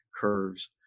curves